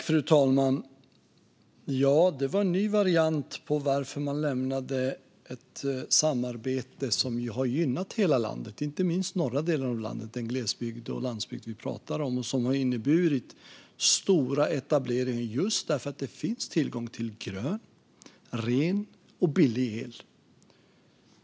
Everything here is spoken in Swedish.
Fru talman! Det var en ny variant på varför man lämnade ett samarbete som har gynnat hela landet, inte minst de norra delarna av landet, alltså den glesbygd och landsbygd vi pratar om, och som har medfört stora etableringar just för att det finns tillgång till grön, ren och billig el.